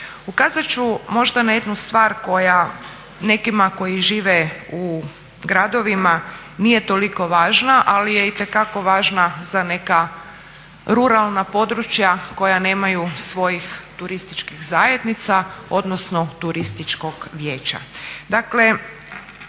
Ukazat ću možda na jednu stvar koja nekima koji žive u gradovima nije toliko važna ali je itekako važna za neka ruralna područja koja nemaju svojih turističkih zajednica, odnosno Turističkog vijeća.